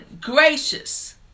gracious